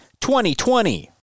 2020